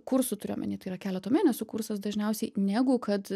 kursu turiu omeny tai yra keleto mėnesių kursas dažniausiai negu kad